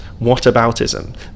whataboutism